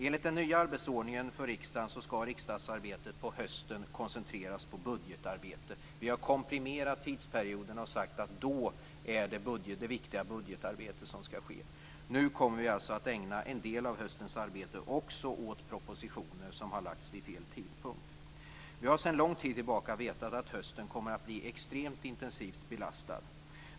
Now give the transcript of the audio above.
Enligt den nya arbetsordningen för riksdagen skall riksdagsarbetet på hösten koncentreras på budgetarbete. Vi har komprimerat tidsperioden och sagt att då skall det viktiga budgetarbetet ske. Nu kommer vi alltså att ägna en del av hösten arbete också åt propositioner som har lagts fram vid fel tidpunkt. Vi har sedan lång tid tillbaka vetat att hösten kommer att bli extremt intensivt belastad.